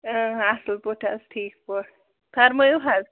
اَصٕل پٲٹھۍ حظ ٹھیٖک پٲٹھۍ فرمٲیِو حظ